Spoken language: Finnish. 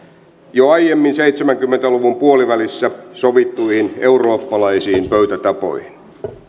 jo aiemmin seitsemänkymmentä luvun puolivälissä sovittuihin eurooppalaisiin pöytätapoihin